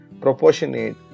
proportionate